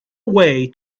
away